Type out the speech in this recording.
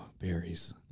berries